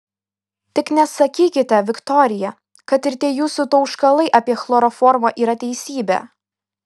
tik nesakykite viktorija kad ir tie jūsų tauškalai apie chloroformą yra teisybė